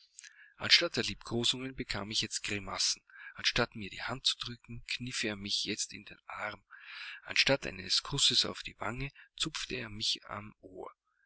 anstatt der liebkosungen bekam ich jetzt grimassen anstatt mir die hand zu drücken kniff er mich jetzt in den arm anstatt eines kusses auf die wange zupfte er mich am ohr